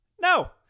No